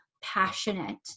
passionate